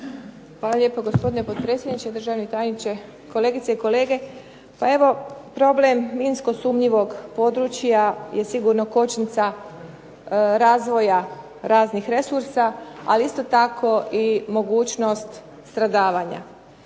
Hvala lijepo gospodine potpredsjedniče. Državni tajniče, kolegice i kolege. Pa evo problem minsko sumnjivog područja je sigurno kočnica razvoja raznih resursa, ali isto tako i mogućnost stradavanja.